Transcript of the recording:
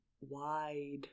wide